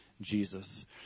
Jesus